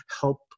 help